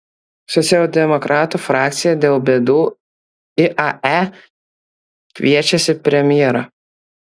socialdemokratų frakcija dėl bėdų iae kviečiasi premjerą